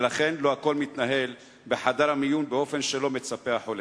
ולכן לא הכול מתנהל בחדר המיון באופן שהחולה מצפה לו.